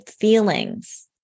feelings